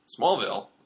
Smallville